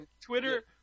Twitter